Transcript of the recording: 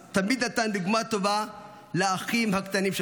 תמיד נתן דוגמה טובה לאחים הקטנים שלו.